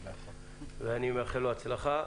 אני מאחל לו הצלחה.